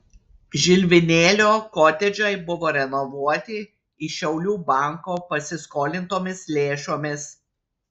žilvinėlio kotedžai buvo renovuoti iš šiaulių banko pasiskolintomis lėšomis